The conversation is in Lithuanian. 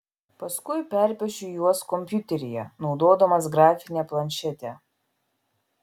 paskui perpiešiu juos kompiuteryje naudodamas grafinę planšetę